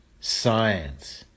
Science